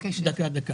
לא,